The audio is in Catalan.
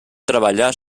treballar